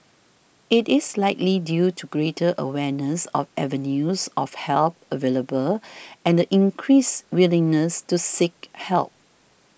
it is likely due to greater awareness of avenues of help available and the increased willingness to seek help